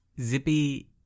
Zippy